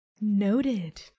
Noted